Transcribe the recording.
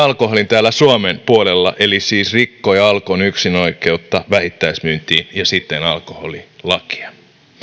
täällä suomen puolella eli siis rikkoi alkon yksinoikeutta vähittäismyyntiin ja siten alkoholilakia meillä on